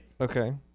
Okay